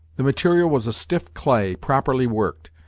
the material was a stiff clay, properly worked,